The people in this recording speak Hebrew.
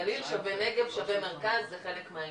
גליל שווה נגב שווה מרכז, זה חלק מהעניין.